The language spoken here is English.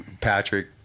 Patrick